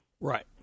Right